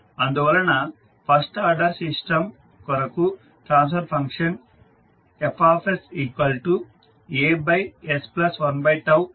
అందువలన first order system కొరకు transfer function FsAs 1అవుతుంది